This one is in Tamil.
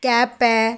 கேப்பை